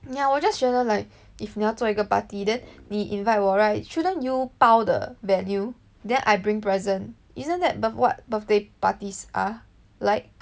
ya 我 just 觉得 like if 你要做一个 party then 你 invite 我 right shouldn't you 包 the value then I bring present isn't that the what birthday parties are like